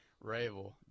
Ravel